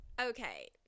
Okay